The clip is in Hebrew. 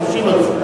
תשיב על זה.